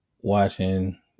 watching